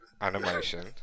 animation